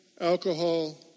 alcohol